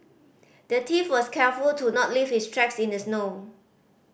the thief was careful to not leave his tracks in the snow